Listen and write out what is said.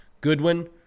Goodwin